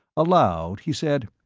aloud, he said,